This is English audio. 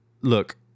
Look